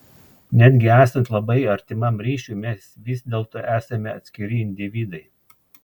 netgi esant labai artimam ryšiui mes vis dėlto esame atskiri individai